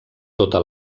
tota